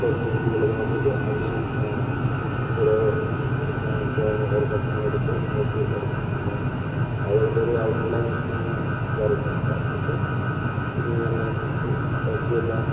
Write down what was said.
search ചെയ്തു ഗൂഗിളിലൊക്കെ നോക്കിയിട്ട് അതിനെ ഓരോ പോയിൻറ്റ് ഓരോ ടച്ച് അങ്ങ് എടുത്തു നോക്കി വരയ്ക്കും പിന്നെ ആദ്യം അതിൻ്റെ ഒരു ഔട്ട് ലൈൻ ജസ്റ്റ് ഒന്നു വരക്കും വരച്ചിട്ട് പിന്നെ നമ്മളതിനു ജസ്റ്റ് ബാക്കിയെല്ലാം